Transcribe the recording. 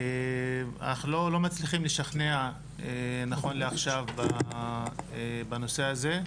אך לא מצליחים לשכנע נכון לעכשיו בנושא הזה.